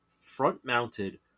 front-mounted